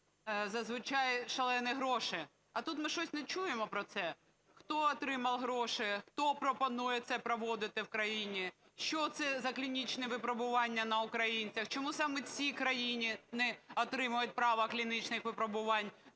зазвичай шалені гроші. А тут ми щось не чуємо про це: хто отримав гроші, хто пропонує це проводити в країні, що це за клінічне випробування на українцях, чому саме ці країни не отримують право клінічних випробувань.